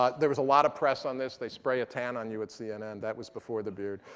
ah there was a lot of press on this. they spray a tan on you at cnn. that was before the beard.